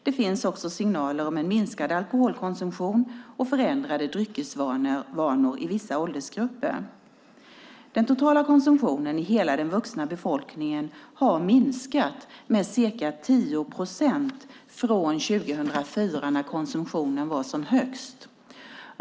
Det finns också signaler om en minskad alkoholkonsumtion och förändrade dryckesvanor i vissa åldersgrupper. Den totala konsumtionen i hela den vuxna befolkningen har minskat med ca 10 procent från år 2004 när konsumtionen var som högst.